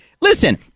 Listen